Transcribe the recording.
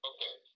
Okay